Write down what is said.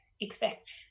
expect